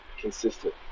consistent